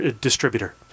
distributor